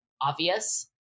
obvious